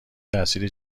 تاثیر